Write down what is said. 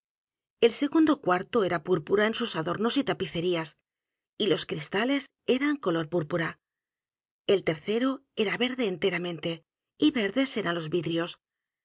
el segundo cuarto era p ú r p u r a en sus adornos y tapicerías y los cristales eran color p ú r p u r a el tercero era verde enteramente y verdes eran los vidrios